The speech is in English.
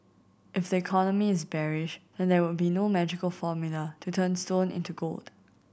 if the economy is bearish then there would be no magical formula to turn stone into gold